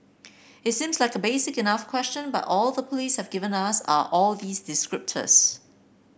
it seems like a basic enough question but all the police have given us are all these descriptors